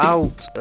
Out